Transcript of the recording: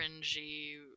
cringy